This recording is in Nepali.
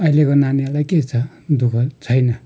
अहिलेको नानीहरूलाई के छ दु ख छैन